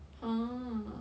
!huh!